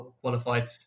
qualified